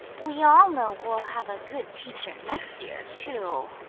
we all know we'll have a good teacher next year too.